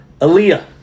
Aaliyah